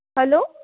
hello